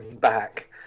back